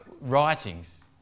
writings